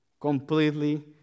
completely